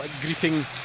greeting